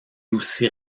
aussi